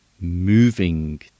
moving